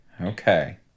okay